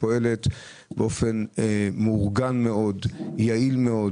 שפועלת באופן מאורגן מאוד, יעיל מאוד,